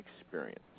experience